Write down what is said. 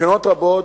מבחינות רבות,